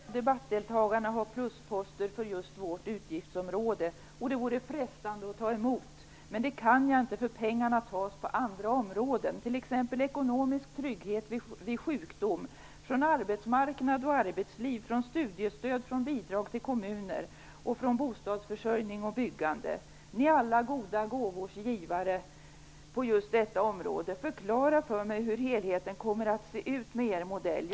Fru talman! Flera av debattdeltagare har plusposter på just vårt utgiftsområde. Det vore frestande att ta emot dem. Men det kan jag inte, eftersom pengarna tas på andra områden, t.ex. från ekonomisk trygghet vid sjukdom, från arbetsmarknad och arbetsliv, från studiestöd och bidrag till kommuner och från bostadsförsörjning och byggande. Ni är alla goda gåvors givare på just detta område. Förklara för mig hur helheten kommer att se ut med er modell.